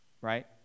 right